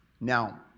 Now